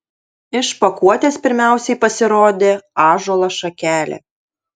iš pakuotės pirmiausiai pasirodė ąžuolo šakelė